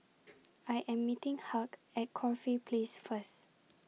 I Am meeting Hugh At Corfe Place First